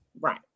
Right